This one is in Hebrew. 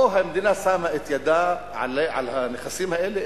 או המדינה שמה את ידה על הנכסים האלה,